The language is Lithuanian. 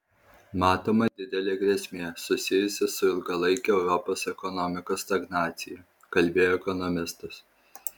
matoma didelė grėsmė susijusi su ilgalaike europos ekonomikos stagnacija kalbėjo ekonomistas